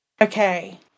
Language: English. Okay